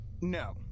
No